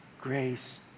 grace